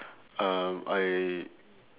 uh I